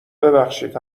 ببخشید